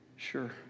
Sure